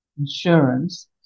insurance